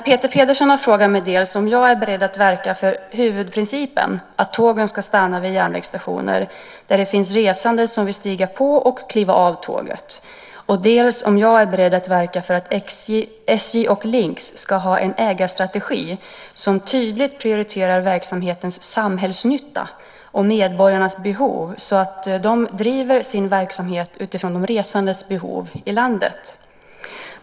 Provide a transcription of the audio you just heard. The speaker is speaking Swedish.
Peter Pedersen har frågat mig dels om jag är beredd att verka för huvudprincipen att tågen ska stanna vid järnvägsstationer, där det finns resande som vill stiga på och kliva av tåget, dels om jag är beredd att verka för att SJ och Linx ska ha en ägarstrategi som tydligt prioriterar verksamhetens samhällsnytta och medborgarnas behov så att de driver sin verksamhet utifrån de resandes behov i hela landet.